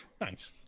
nice